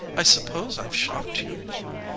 i suppose i've shocked you.